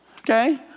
okay